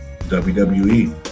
WWE